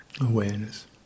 awareness